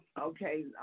Okay